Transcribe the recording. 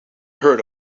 heard